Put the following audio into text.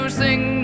sing